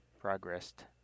progressed